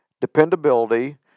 dependability